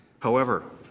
however,